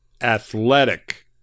athletic